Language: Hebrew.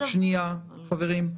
שנייה, חברים.